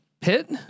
Pitt